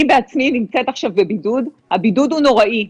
אני בעצמי נמצאת עכשיו בבידוד, הבידוד הוא נוראי.